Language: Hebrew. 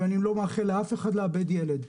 ואני לא מאחל לאף אחד לאבד ילד,